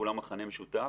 מכנה משותף